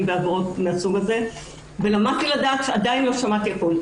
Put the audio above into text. בעבירות מן הסוג הזה ולמדתי לדעת שעדיין לא שמעתי הכול.